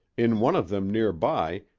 in one of them near by,